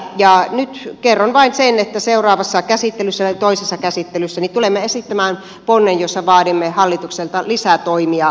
ja nyt kerron vain sen että seuraavassa käsittelyssä toisessa käsittelyssä tulemme esittämään ponnen jossa vaadimme hallitukselta lisätoimia työurien pidentämiseksi